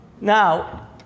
Now